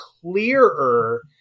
clearer